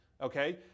okay